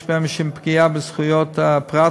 יש בהן משום פגיעה בזכויות הפרט,